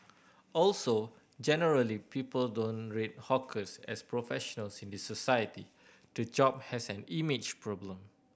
also generally people don't rate hawkers as professionals in the society the job has an image problem